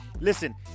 Listen